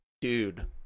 dude